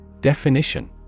Definition